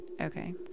Okay